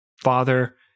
father